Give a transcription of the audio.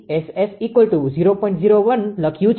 01 લખ્યું છે